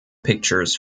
pictures